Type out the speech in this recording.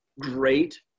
Great